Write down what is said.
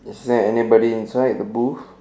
is there anybody inside the booth